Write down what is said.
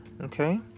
Okay